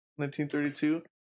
1932